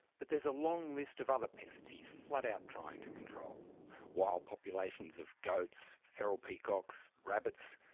but there's a long list of other pests he's flat out trying to control wild populations of goats, feral peacocks, rabbits,